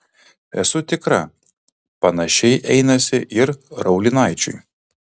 esu tikra panašiai einasi ir raulinaičiui